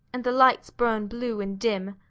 and the lights burn blue and dim.